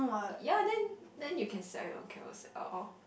ya then then you can sell it on Carousell or or